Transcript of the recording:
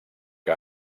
que